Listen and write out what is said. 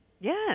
Yes